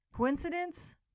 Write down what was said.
Coincidence